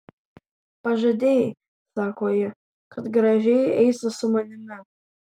pažadėjai sako ji kad gražiai eisi su manimi